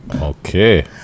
Okay